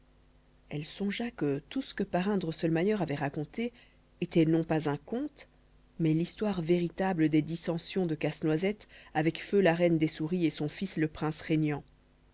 elle songea que tout ce que parrain drosselmayer avait raconté était non pas un conte mais l'histoire véritable des dissensions de casse-noisette avec feu la reine des souris et son fils le prince régnant